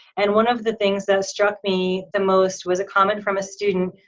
and one of the things that struck me the most was a comment from a student,